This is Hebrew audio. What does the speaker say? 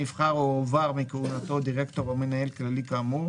נבחר או הועבר מכהונתו דירקטור או מנהל כללי כאמור,